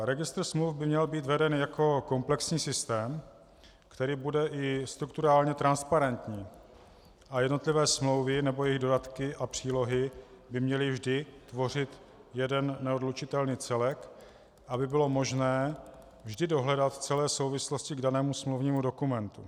Registr smluv by měl být veden jako komplexní systém, který bude i strukturálně transparentní, a jednotlivé smlouvy nebo jejich dodatky a přílohy by měly vždy tvořit jeden neodlučitelný celek, aby bylo možné vždy dohledat celé souvislosti k danému smluvnímu dokumentu.